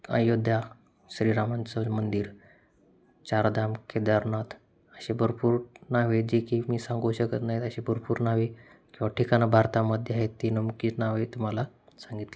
अयोध्या श्रीरामाच मंदिर चारधाम केदारनाथ असे भरपूर नावे जे की मी सांगू शकत नाही असे भरपूर नावे किंवा ठिकाणं भारतामध्ये आहे ती नेमकी नावे तुम्हाला सांगितले